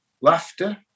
laughter